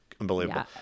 Unbelievable